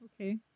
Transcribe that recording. Okay